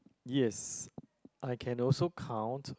yes I can also count